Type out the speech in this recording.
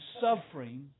suffering